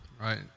right